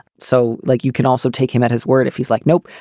so like you can also take him at his word if he's like, nope.